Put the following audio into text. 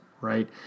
right